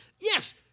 Yes